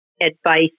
advice